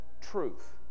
truth